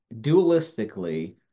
dualistically